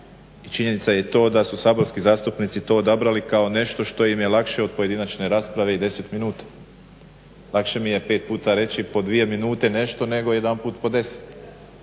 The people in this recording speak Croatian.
I činjenica je to da su saborski zastupnici to odabrali kao nešto što im je lakše od pojedinačne rasprave i 10 minuta. Lakše mi je pet puta reći po 2 minute nešto nego jedanput po 10.